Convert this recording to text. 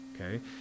okay